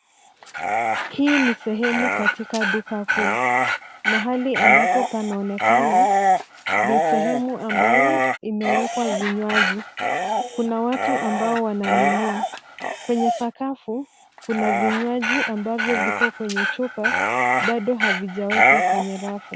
Hii ni sehemu katika duka kuu, mahali ambapo panaonekana ni sehemu ambayo imewekwa vinywaji kuna watu ambao wnanunu kwenye sakafu kuna vinywaji ambavyo viko kwenye chupa bado havijawekwa kwenye rafu.